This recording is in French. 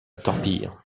torpille